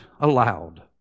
aloud